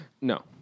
no